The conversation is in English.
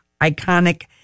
Iconic